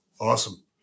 Awesome